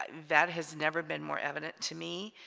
ah that has never been more evident to me